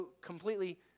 completely